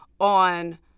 on